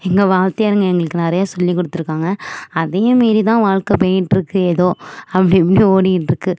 எங்கள் வாத்தியாருங்க எங்களுக்கு நிறையா சொல்லிக் கொடுத்துருக்காங்க அதையும் மீறி தான் வாழ்க்கை போயிகிட்டு இருக்கு ஏதோ அப்படி இப்படி ஓடிகிட்டு இருக்கு